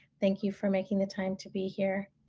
thank you for making the time to be here.